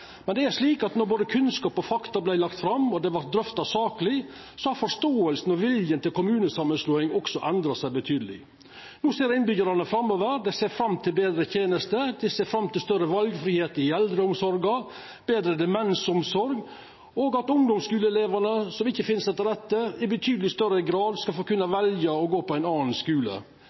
Men når både kunnskap og fakta vart lagde fram og drøfta sakleg, har forståinga og viljen til kommunesamanslåing også endra seg betydeleg. No ser innbyggjarane framover, dei ser fram til betre tenester, dei ser fram til større valfridom i eldreomsorga, til betre demensomsorg og til at ungdomsskulelevar som ikkje finn seg til rette, i betydeleg større grad skal kunna velja å gå på ein annan skule.